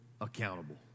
accountable